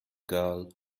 girl